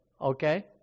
Okay